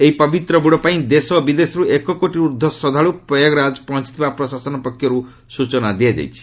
ଏହି ପବିତ୍ର ବୁଡ଼ ପାଇଁ ଦେଶ ଓ ବିଦେଶରୁ ଏକ କୋଟିରୁ ଉର୍ଦ୍ଧ୍ୱ ଶ୍ରଦ୍ଧାଳୁ ପ୍ରୟାଗରାଜ ପହଞ୍ଚଥିବା ପ୍ରଶାସନ ପକ୍ଷରୁ ସୂଚନା ଦିଆଯାଇଛି